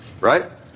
right